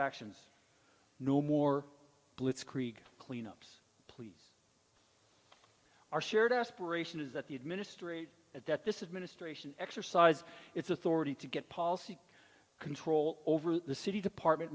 actions no more blitzkrieg cleanups are shared aspiration is that the administrators at that this administration exercise its authority to get policy control over the city department